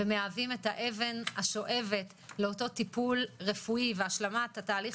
ומהווים את האבן השואבת לאותו טיפול רפואי והשלמת התהליך